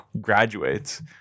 graduates